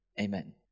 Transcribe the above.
amen